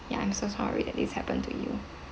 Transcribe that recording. ya I'm so sorry that this happened to you